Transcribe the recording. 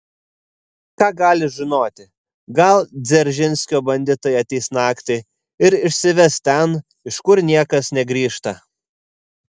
ką gali žinoti gal dzeržinskio banditai ateis naktį ir išsives ten iš kur niekas negrįžta